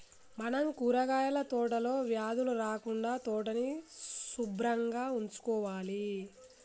మనం కూరగాయల తోటలో వ్యాధులు రాకుండా తోటని సుభ్రంగా ఉంచుకోవాలి